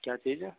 क्या चीज है